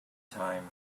time